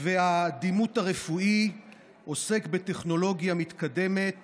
והדימות הרפואי עוסק בטכנולוגיה מתקדמת